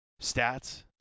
stats